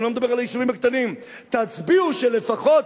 אני לא מדבר על היישובים הקטנים, תצביעו שלפחות